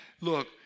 Look